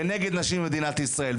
ונגד נשים במדינת ישראל,